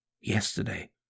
yesterday